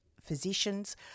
physicians